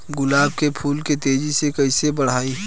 गुलाब के फूल के तेजी से कइसे बढ़ाई?